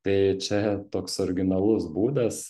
tai čia toks originalus būdas